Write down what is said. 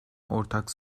ortak